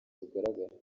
rugaragara